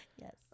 Yes